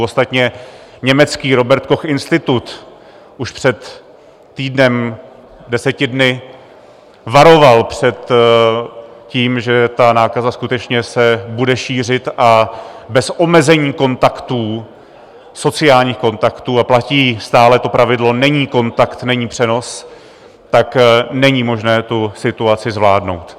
Ostatně německý Robert Koch Institut už před týdnem, deseti dny varoval před tím, že ta nákaza skutečně se bude šířit, a bez omezení kontaktů, sociálních kontaktů a platí stále to pravidlo: Není kontakt, není přenos není možné tu situaci zvládnout.